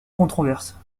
controverse